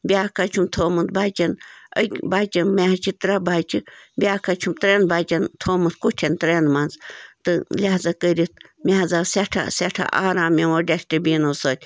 بیٛاکھ حظ چھُم تھومُت بَچن أکۍ بِچہٕ مےٚ حظ چھِ ترٛےٚ بَچہٕ بیٛاکھ حظ چھُم ترٛین بَچن تھُومُت کُٹھن ترٛین منٛز تہِ لہزا کٔرِتھ مےٚ حظ آو سٮ۪ٹھاہ سٮ۪ٹھاہ آرام یِمو دشٹہٕ بِنو سۭتۍ